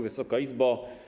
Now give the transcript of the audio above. Wysoka Izbo!